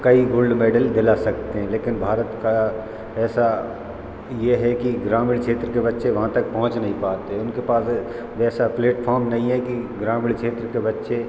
कई gold medal दिला सकते हैं लेकिन भारत का ऐसा ये है कि ग्रामीण क्षेत्र के बच्चे वहाँ तक पहुँच नहीं पाते उनके पास वैसा प्लेटफॉम नहीं है कि ग्रामीण क्षेत्र के बच्चे